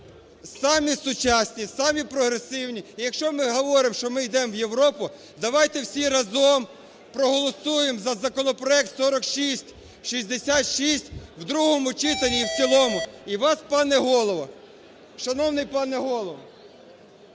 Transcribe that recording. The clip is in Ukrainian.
самі сучасні, самі прогресивні. І якщо ми говоримо, що ми йдемо в Європу, давайте всі разом проголосуємо за законопроект 4666 в другому читанні і в цілому. І вас, пане Голово… Шановний пане Голово,